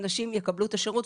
בוקר טוב,